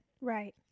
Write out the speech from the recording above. Right